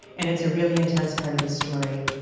and it's a really intense part of the story.